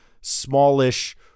smallish